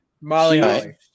Molly